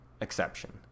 exception